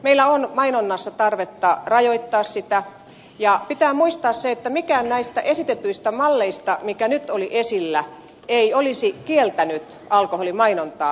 meillä on mainonnassa tarvetta rajoittaa sitä ja pitää muistaa se että mikään näistä esitetyistä malleista mitkä nyt olivat esillä ei olisi kieltänyt alkoholimainontaa